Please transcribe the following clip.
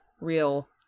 real